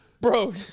bro